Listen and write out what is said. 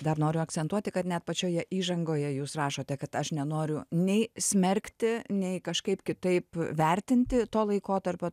dar noriu akcentuoti kad net pačioje įžangoje jūs rašote kad aš nenoriu nei smerkti nei kažkaip kitaip vertinti to laikotarpio